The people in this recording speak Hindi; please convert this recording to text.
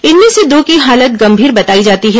इनमें से दो की हालत गंभीर बताई जाती है